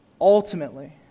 ultimately